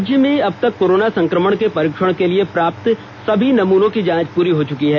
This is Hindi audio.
राज्य में अब तक कोरोना संक्रमण के परीक्षण के लिए प्राप्त सभी नमूनों की जांच प्री हो चुकी है